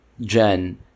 Jen